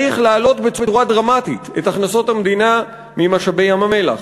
צריך להעלות בצורה דרמטית את הכנסות המדינה ממשאבי ים-המלח.